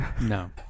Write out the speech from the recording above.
No